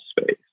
space